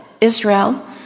Israel